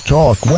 Talk